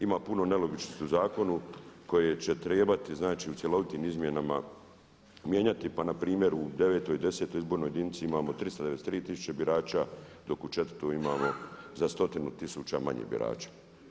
Ima pun nelogičnosti u zakonu koje će trebati znači u cjelovitim izmjenama mijenjati pa npr. u 9. i 10. izbornoj jedinici imamo 393 tisuće birača dok u 4. imamo za stotinu tisuća manje birača.